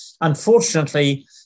Unfortunately